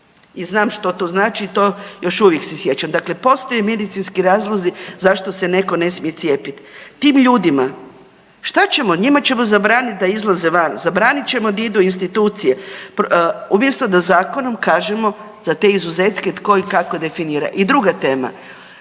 I znam što to znači i to još uvijek se sjećam. Dakle, postoje medicinski razlozi zašto se netko ne smije cijepiti. Tim ljudima šta ćemo, njima ćemo zabranit da izlaze van, zabranit ćemo da idu u institucije, umjesto da zakonom kažemo za te izuzetke tko ih i kako definira. I druga tema,